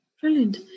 Brilliant